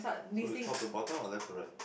so is top to bottom or left to right